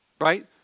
right